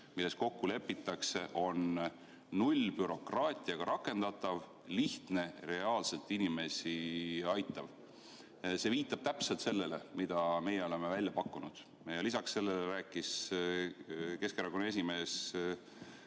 milles kokku lepitakse, on nullbürokraatiaga rakendatav, lihtne, reaalselt inimesi aitav. See viitab täpselt sellele, mida meie oleme välja pakkunud. Ja lisaks sellele rääkis Keskerakonna esimees